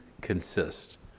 consist